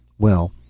well,